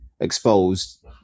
exposed